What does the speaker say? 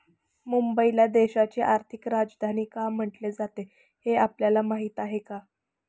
मुंबईला देशाची आर्थिक राजधानी का म्हटले जाते, हे आपल्याला माहीत आहे का?